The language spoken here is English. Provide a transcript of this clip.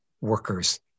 workers